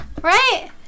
Right